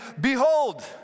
behold